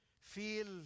feel